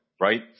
right